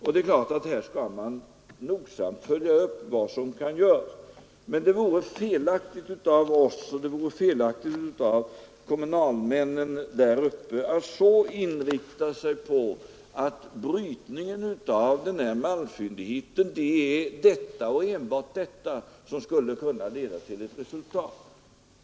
Här skall vi naturligtvis nogsamt följa upp vad som kan göras. Men det vore felaktigt — av oss och av kommunalmännen där uppe — att inrikta sig på att det enbart är brytningen av den malmfyndigheten som skulle kunna leda till resultat.